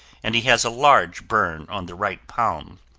and he has a large burn on the right palm.